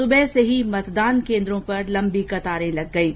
सुबह से ही मतदान केन्द्रों पर लम्बी कतारें लग गयी